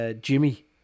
Jimmy